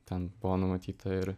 ten buvo numatyta ir